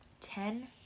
ten